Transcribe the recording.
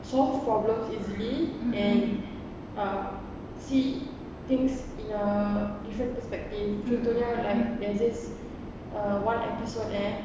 solve problems easily and uh see things in a different perspective so tonight there's this one episode eh